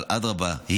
אבל אדרבה,